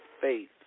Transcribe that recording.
faith